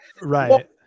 right